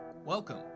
Welcome